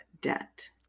debt